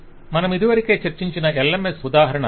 ఇది మనమిదివరకే చర్చించిన LMS ఉదాహరణ